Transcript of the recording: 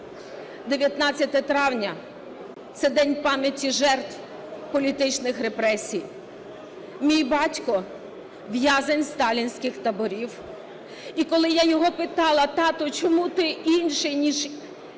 19 травня – це День пам'яті жертв політичних репресій. Мій батько – в'язень сталінських таборів. І коли я його питала: "Тато, чому ти інший, ніж